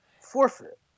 forfeit